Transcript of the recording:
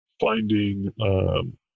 finding